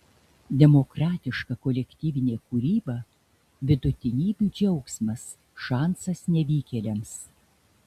demokratiška kolektyvinė kūryba vidutinybių džiaugsmas šansas nevykėliams